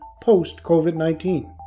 post-COVID-19